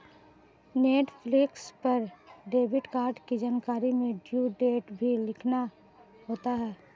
Netflix पर debit card की जानकारी में ड्यू डेट भी लिखना होता है